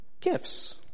gifts